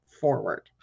forward